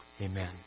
Amen